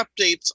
updates